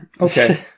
Okay